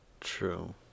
True